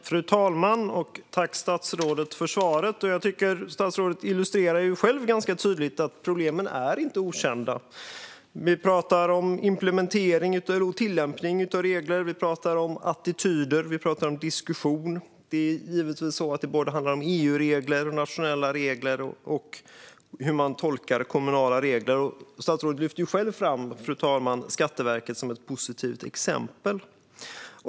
Fru talman! Tack, statsrådet, för svaret! Statsrådet illustrerar själv ganska tydligt att problemen inte är okända. Vi pratar om implementering och tillämpning av regler, vi pratar om attityder och vi pratar om diskussion. Det handlar givetvis om såväl EU-regler som nationella regler och om hur kommunala regler tolkas. Statsrådet lyfter själv fram Skatteverket som ett positivt exempel.